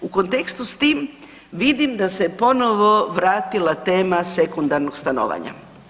U kontekstu s tim vidim da se ponovo vratila tema sekundarnog stanovanja.